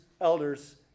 elders